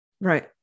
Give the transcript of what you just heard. Right